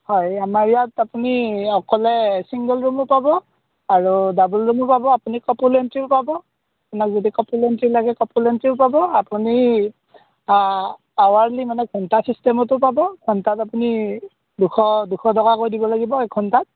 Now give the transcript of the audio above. হয় আমাৰ ইয়াত আপুনি অকলে ছিংগল ৰুমো পাব আৰু ডাবোল ৰুমো পাব আপুনি কাপোল এন্ট্ৰিও পাব আপোনাক যদি কাপোল এন্ট্ৰি লাগে কাপোল এন্ট্ৰিও পাব আপুনি আৱাৰলি মানে ঘণ্টা চিষ্টেমতো পাব ঘণ্টাত আপুনি দুশ দুশ টকাকৈ দিব লাগিব এক ঘণ্টাত